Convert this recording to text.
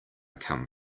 come